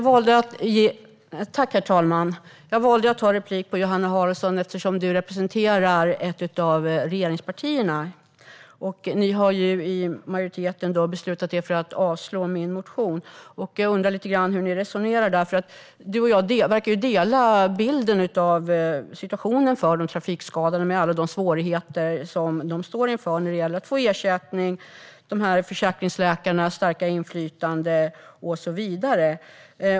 Herr talman! Jag valde att ta replik på Johanna Haraldsson eftersom hon representerar ett av regeringspartierna. Ni i majoriteten har beslutat er för att avslå min motion, och jag undrar hur ni resonerar. Du och jag verkar ha samma bild av situationen för trafikskadade, med alla de svårigheter som de står inför, till exempel när det gäller att få ersättning och vad gäller försäkringsläkarnas starka inflytande.